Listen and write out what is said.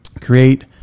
create